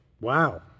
Wow